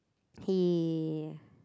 he